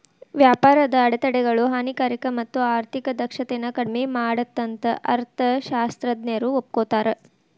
ವ್ಯಾಪಾರದ ಅಡೆತಡೆಗಳು ಹಾನಿಕಾರಕ ಮತ್ತ ಆರ್ಥಿಕ ದಕ್ಷತೆನ ಕಡ್ಮಿ ಮಾಡತ್ತಂತ ಅರ್ಥಶಾಸ್ತ್ರಜ್ಞರು ಒಪ್ಕೋತಾರ